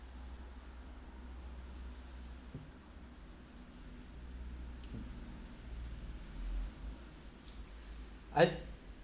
I